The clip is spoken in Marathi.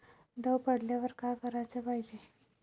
दव पडल्यावर का कराच पायजे?